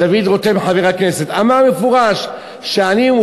חבר הכנסת דוד רותם,